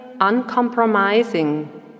uncompromising